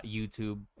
YouTube